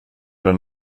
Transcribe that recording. den